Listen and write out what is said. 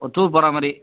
ஒரு டூர் போகிறா மாரி